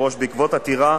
וזה מפריע.